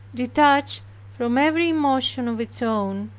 detached from every emotion of its own,